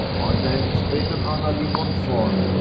ay tank it's better anna live on farm,